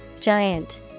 Giant